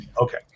Okay